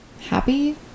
happy